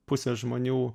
pusė žmonių